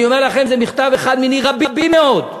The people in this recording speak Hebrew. אני אומר לכם, זה מכתב אחד מני רבים מאוד.